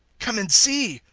come and see,